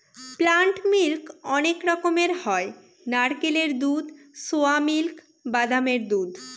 plant milk অনেক রকমের হয় নারকেলের দুধ, সোয়া মিল্ক, বাদামের দুধ